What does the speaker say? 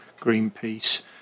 Greenpeace